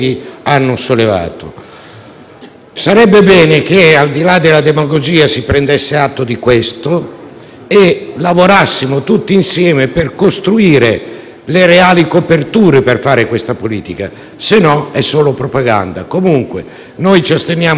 Sarebbe bene che, al di là della demagogia, si prendesse atto di questo e lavorassimo tutti insieme per costruire le reali coperture per attuare questa politica, altrimenti è solo propaganda. Noi ci asterremo su questo articolo e ovviamente